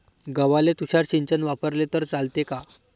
गव्हाले तुषार सिंचन वापरले तर चालते का?